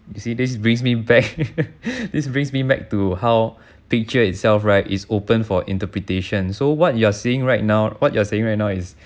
you see this brings me back this brings me back to how picture itself right is open for interpretation so what you are seeing right now what you are saying right now is